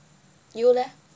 you leh